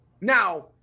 Now